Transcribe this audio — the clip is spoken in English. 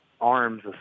arms